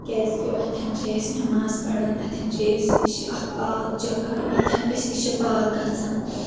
کیازکہِ اتٮ۪ن چھِ أسۍ نٮ۪ماز پران اتتٮ۪ن چھِ أسۍ یہِ چھِ اکھ پاک جگہ ییٚتٮ۪ن أسۍ تہِ چھِ پاک گژھان